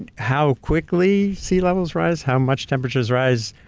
and how quickly sea levels rise, how much temperatures rise,